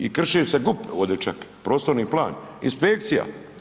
I krši se GUP ovdje čak, prostorni plan, inspekcija.